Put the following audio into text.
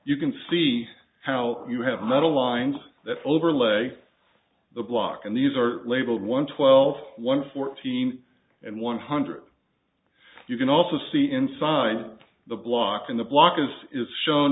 you can see how you have metal lines that overlay the block and these are labeled one twelve one fourteen and one hundred you can also see inside the block in the block as is shown